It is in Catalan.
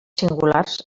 singulars